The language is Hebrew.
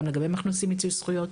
גם לגביהם אנחנו עושים מיצוי זכות.